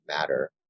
matter